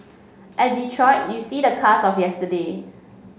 at Detroit you see the cars of yesterday